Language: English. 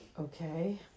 Okay